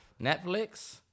Netflix